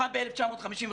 אחד ב-1955,